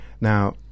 Now